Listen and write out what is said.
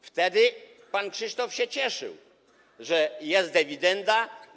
Wtedy pan Krzysztof się cieszył, że jest dewidenda.